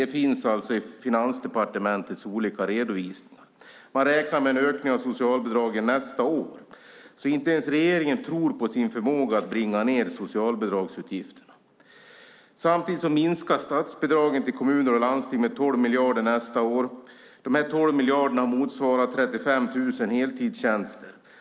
Det finns i Finansdepartementets olika redovisningar. Man räknar med en ökning av socialbidragen nästa år. Inte ens regeringen tror alltså på sin förmåga att bringa ned socialbidragsutgifterna. Samtidigt minskar statsbidragen till kommuner och landsting med 12 miljarder nästa år. Dessa 12 miljarder motsvarar 35 000 heltidstjänster.